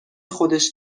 خودش